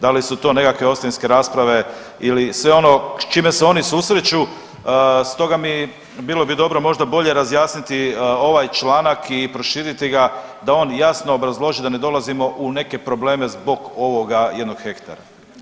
Da li su to nekakve ostavinske rasprave ili sve ono sa čime se oni susreću stoga bi bilo možda bolje razjasniti ovaj članak i proširiti ga da on jasno obrazloži da ne dolazimo u neke probleme zbog ovog jednog hektara.